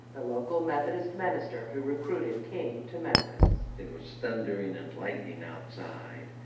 the local methodist minister who recruited king to memphis it was thundering and lightening outside.